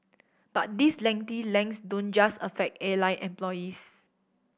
but these lengthy legs don't just affect airline employees